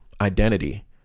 Identity